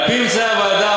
על-פי ממצאי הוועדה,